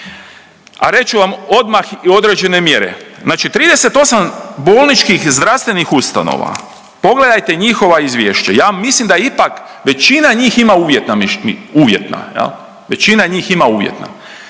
a reći ću vam odmah i određene mjere. Znači 38 bolničkih zdravstvenih ustanova, pogledajte njihova izvješća. Ja mislim da ipak većina njih ima uvjetna